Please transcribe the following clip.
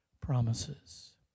promises